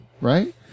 right